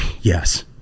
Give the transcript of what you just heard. Yes